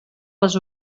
les